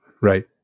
Right